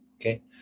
Okay